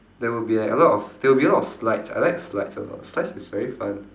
there would be like a lot of there will be a lot of slides I like slides a lot slides is very fun